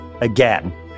again